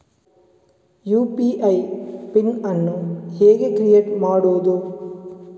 UPI PIN ಅನ್ನು ಹೇಗೆ create ಮಾಡುದು?